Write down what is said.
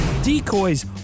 decoys